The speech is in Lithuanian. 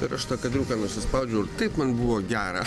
ir aš tą kadriuką nusispaudžiau ir taip man buvo gera